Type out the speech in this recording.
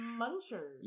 muncher